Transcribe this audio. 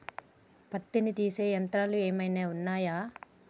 పత్తిని తీసే యంత్రాలు ఏమైనా ఉన్నయా?